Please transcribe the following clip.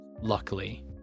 Luckily